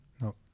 No